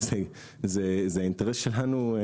זה האינטרס שלנו.